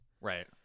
Right